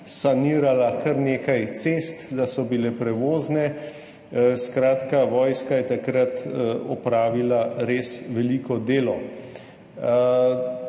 sanirala kar nekaj cest, da so bile prevozne. Skratka, vojska je takrat opravila res veliko delo,